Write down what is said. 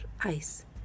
ice